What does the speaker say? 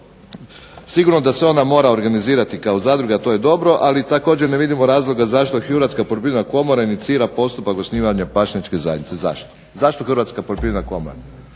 sigurno da se ona mora organizirati kao zadruga, to je dobro ali također ne vidimo razloga zašto hrvatska poljoprivredna komora inicira postupak osnivanja pašnjačke zajednice, zašto. Zašto Hrvatska poljoprivredna komora?